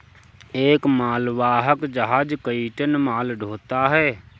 एक मालवाहक जहाज कई टन माल ढ़ोता है